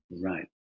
Right